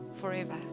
forever